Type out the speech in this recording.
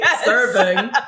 Serving